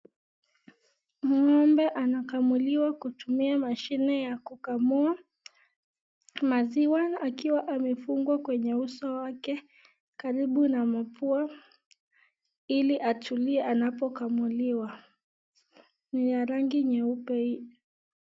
Ng'ombe anakamuliwa kutumia mashine ya kukamua maziwa akiwa amefungwa kwenye uso wake karibu na mapua ili atulie anapokamuliwa. Ni ya rangi nyeupe hii.